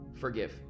forgive